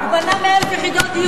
הוא בנה 100,000 יחידות דיור.